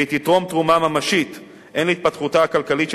והיא תתרום תרומה ממשית הן להתפתחותה הכלכלית של